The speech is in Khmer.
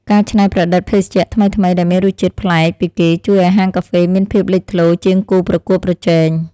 ការច្នៃប្រឌិតភេសជ្ជៈថ្មីៗដែលមានរសជាតិប្លែកពីគេជួយឱ្យហាងកាហ្វេមានភាពលេចធ្លោជាងគូប្រកួតប្រជែង។